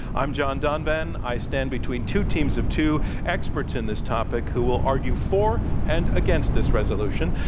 i'm john donvan i stand between two teams of two, experts in this topic, who will argue for and against this resolution.